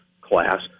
class